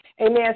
Amen